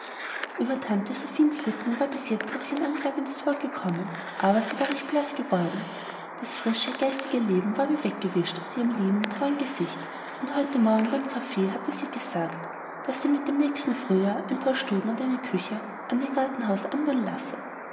ueber tante sophiens lippen war bis jetzt noch kein anklagendes wort gekommen aber sie war recht blaß geworden das frische geistige leben war wie weggewischt aus ihrem lieben treuen gesicht und heute morgen beim kaffee hatte sie gesagt daß sie mit dem nächsten frühjahr ein paar stuben und eine küche an ihr gartenhaus anbauen lasse